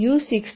read u16